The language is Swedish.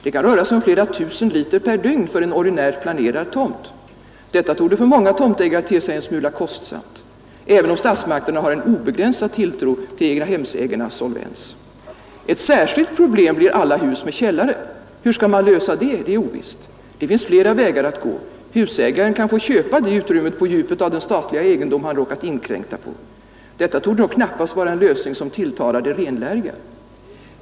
Det kan röra sig om flera tusen liter per dygn för en ordinärt planterad tomt. Detta torde för många tomtägare te sig en smula kostsamt, även om statsmakterna har en obegränsad tilltro till egnahemsägarnas solvens. Ett särskilt problem blir alla hus med källare, Hur man skall lösa det är ovisst. Det finns flera vägar att gå. Husägaren kan få köpa det utrymme på djupet av den statliga egendomen han råkat inkräkta på. Detta torde dock knappast vara en lösning som tilltalar de renläriga.